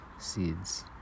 seeds